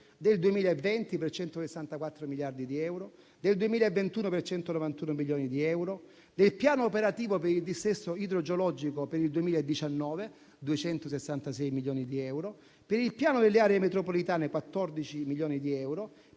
del 2020 per 164 milioni di euro, del 2021 per 191 milioni di euro, del piano operativo per il dissesto idrogeologico per il 2019 per 266 milioni di euro, per il piano delle aree metropolitane per 14 milioni di euro,